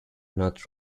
not